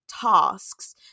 tasks